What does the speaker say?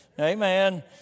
Amen